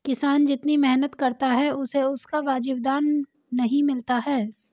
किसान जितनी मेहनत करता है उसे उसका वाजिब दाम नहीं मिलता है